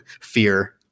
fear